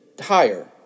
higher